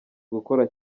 gukora